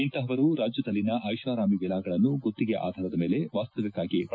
ಇಂತಹವರು ರಾಜ್ಯದಲ್ಲಿನ ಐಷರಾಮಿ ವಿಲಾಗಳನ್ನು ಗುತ್ತಿಗೆ ಆಧಾರದ ಮೇಲೆ ವಾಸ್ತವ್ಯಕ್ಕಾಗಿ ಪಡೆದುಕೊಂಡಿದ್ದಾರೆ